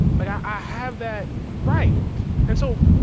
but i have that right and so